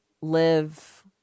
Live